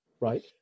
right